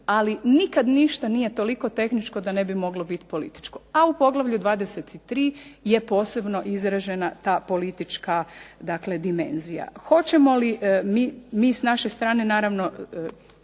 ali nikad ništa nije toliko tehničko da ne bi moglo biti političko, a u poglavlju 23. je posebno izražena ta politička dakle dimenzija. Hoćemo li mi, mi s naše strane naravno